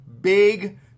Big